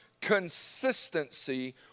consistency